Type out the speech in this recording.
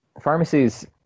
Pharmacies